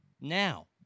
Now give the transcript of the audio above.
Now